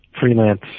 freelance